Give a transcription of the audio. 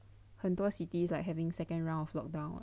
很多 cities like having second round of lock down